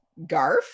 Garf